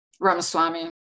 Ramaswamy